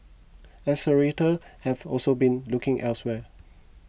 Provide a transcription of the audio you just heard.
accelerator have also been looking elsewhere